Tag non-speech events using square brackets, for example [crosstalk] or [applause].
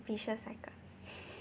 vicious cycle [breath]